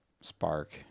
spark